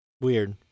Weird